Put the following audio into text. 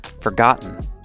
forgotten